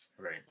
Right